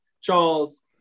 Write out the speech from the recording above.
Charles